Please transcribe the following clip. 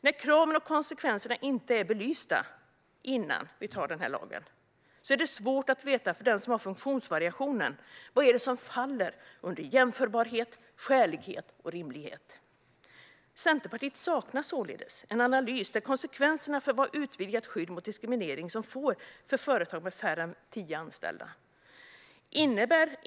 När kraven och konsekvenserna inte är belysta innan lagen antas är det svårt för den som har funktionsvariationen att veta vad som faller under begreppen jämförbarhet, skälighet och rimlighet. Centerpartiet saknar således en analys där det framgår vilka konsekvenser ett utvidgat skydd mot diskriminering skulle få för företag med färre än tio anställda.